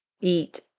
eat